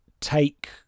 take